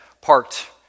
parked